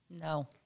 No